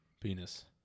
Penis